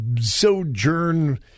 sojourn